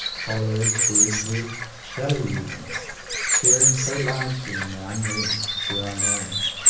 coleridge, wordsworth, shelley even sharing so largely in the unrest of their own age,